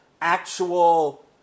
actual